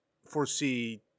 Foresee